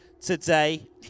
today